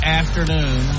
afternoon